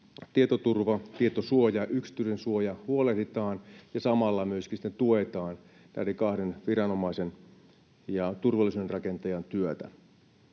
tietoturvasta, tietosuojasta ja yksityisyydensuojasta huolehditaan ja samalla myöskin tuetaan näiden kahden viranomaisen ja turvallisuuden rakentajan työtä.